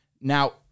Now